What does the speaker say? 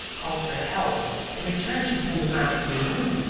called for help and returned to pull the knife from the wound,